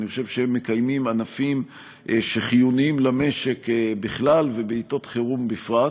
אני חושב שהם מקיימים ענפים שחיוניים למשק בכלל ובעתות חירום בפרט,